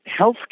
healthcare